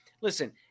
Listen